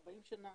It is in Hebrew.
40 שנים,